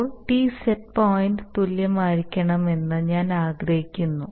ഇപ്പോൾ T set പോയിന്റിന് തുല്യമായിരിക്കണമെന്ന് ഞാൻ ആഗ്രഹിക്കുന്നു